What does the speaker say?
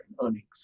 earnings